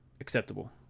acceptable